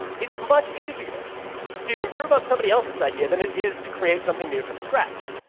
it's much easier to improve on somebody else's idea than it is to create something new from scratch.